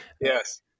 Yes